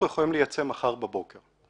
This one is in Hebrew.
מחר בבוקר.